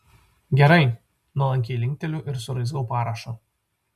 gerai nuolankiai linkteliu ir suraizgau parašą